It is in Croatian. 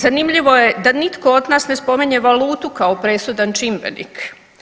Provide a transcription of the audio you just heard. Zanimljivo je da nitko od nas ne spominje valutu kao presudan čimbenik.